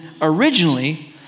originally